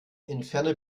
entferne